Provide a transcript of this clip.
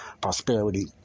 Prosperity